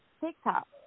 TikTok